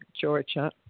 Georgia